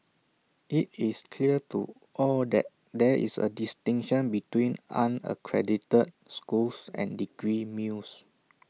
IT is clear to all that there is A distinction between unaccredited schools and degree mills